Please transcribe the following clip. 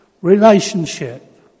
Relationship